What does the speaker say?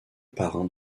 parrain